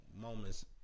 moments